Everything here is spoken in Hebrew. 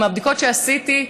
מהבדיקות שעשיתי,